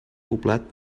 poblat